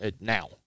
now